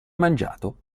mangiato